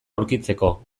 aurkitzeko